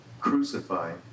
crucified